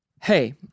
Hey